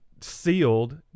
sealed